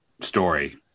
story